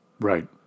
Right